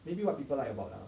maybe what people like about ah